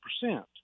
percent